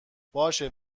باشم